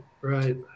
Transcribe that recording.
right